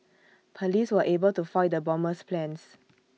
Police were able to foil the bomber's plans